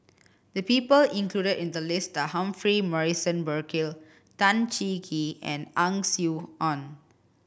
the people included in the list are Humphrey Morrison Burkill Tan Cheng Kee and Ang Swee Aun